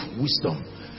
wisdom